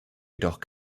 jedoch